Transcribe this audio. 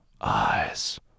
eyes